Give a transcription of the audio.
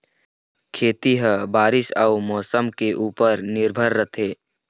खेती ह बारीस अऊ मौसम के ऊपर निर्भर रथे